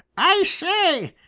i say,